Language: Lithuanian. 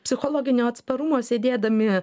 psichologinio atsparumo sėdėdami